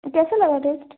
कैसा लगा टेस्ट